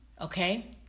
okay